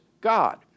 God